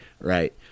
Right